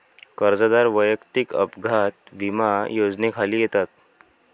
कर्जदार वैयक्तिक अपघात विमा योजनेखाली येतात